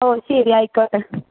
ഓ ശരി ആയിക്കോട്ടെ